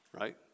right